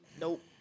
Nope